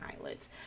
eyelids